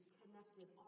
connected